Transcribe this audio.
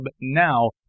now